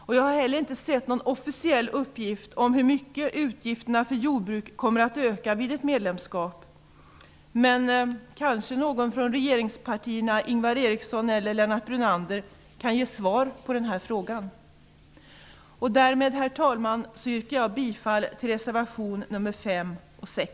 Jag har inte heller sett någon officiell uppgift om hur mycket utgifterna för jordbruket kommer att öka vid ett medlemskap. Någon från regeringspartierna -- Ingvar Eriksson eller Lennart Brunander -- kanske kan ge ett svar på den här frågan. Herr talman! Därmed yrkar jag bifall till reservationerna nr 5 och 6.